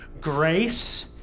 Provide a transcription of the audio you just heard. grace